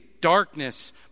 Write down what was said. darkness